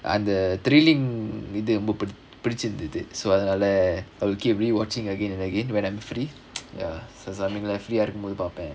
அந்த:andha thrilling இது ரொம்ப புடிச்~ பிடிச்சிருந்துது:ithu romba pudich~ pidichirunthuthu I'll keep rewatching again and again when I'm free ya so I'm free